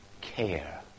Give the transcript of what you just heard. care